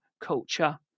culture